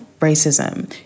racism